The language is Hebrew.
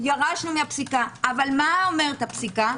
ירשנו מהפסיקה, אבל מה אומרת הפסיקה?